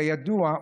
כידוע,